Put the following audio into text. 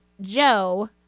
Joe